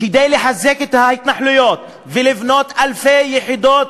כדי לחזק את ההתנחלויות ולבנות אלפי יחידות